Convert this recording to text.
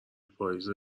پائیز